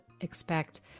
expect